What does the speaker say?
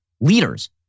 leaders